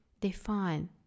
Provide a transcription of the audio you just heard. Define